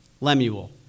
Lemuel